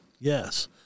yes